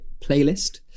playlist